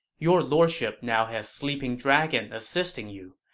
your lordship now has sleeping dragon assisting you,